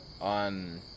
On